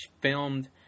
filmed